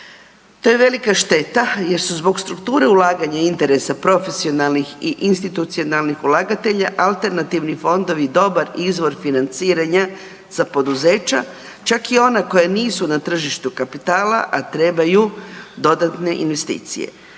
To je velika šteta jer su zbog strukture ulaganja i interesa profesionalnih i institucionalnih ulagatelja alternativni fondovi dobar izvor financiranja za poduzeća, čak i ona koja nisu na tržištu kapitala, a trebaju dodatne investicije.